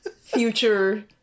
future